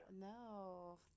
No